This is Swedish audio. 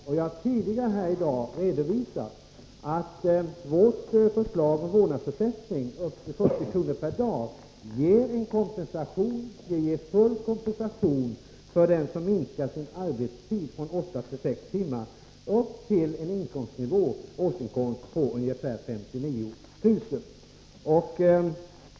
Jag har också tidigare i dag redovisat att vårt förslag om vårdnadsersättning med 40 kr. per dag ger full kompensation åt dem som minskar sin arbetstid från åtta till sex timmar upp till en årsinkomst på ungefär 59 000 kr.